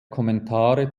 kommentare